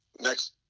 next